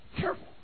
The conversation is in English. Careful